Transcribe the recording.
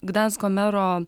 gdansko mero